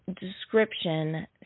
description